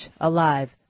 alive